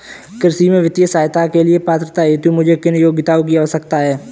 कृषि में वित्तीय सहायता के लिए पात्रता हेतु मुझे किन योग्यताओं की आवश्यकता है?